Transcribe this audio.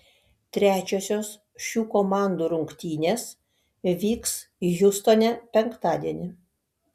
trečiosios šių komandų rungtynės vyks hjustone penktadienį